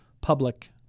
public